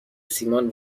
سیمان